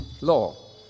law